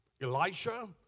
Elisha